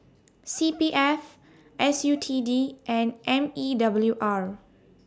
C P F S U T D and M E W R